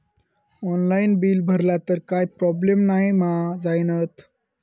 Online bill भरला तर काय प्रोब्लेम नाय मा जाईनत?